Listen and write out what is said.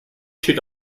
steht